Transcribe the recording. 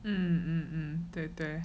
嗯对对